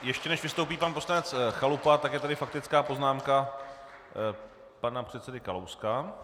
Ještě než vystoupí pan poslanec Chalupa, je tady faktická poznámka pana předsedy Kalouska.